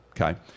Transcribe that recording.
okay